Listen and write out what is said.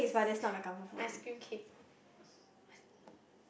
ice cream cake